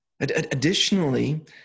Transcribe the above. Additionally